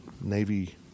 Navy